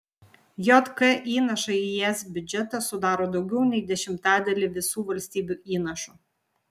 jk įnašai į es biudžetą sudaro daugiau nei dešimtadalį visų valstybių įnašų